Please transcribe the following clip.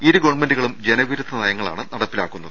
ഇരു ഗവൺമെൻ്റുകളും ജനവിരുദ്ധ നയങ്ങളാണ് നടപ്പിലാ ക്കുന്നത്